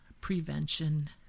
prevention